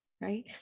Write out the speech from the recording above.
right